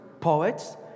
poets